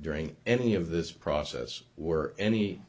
during any of this process were any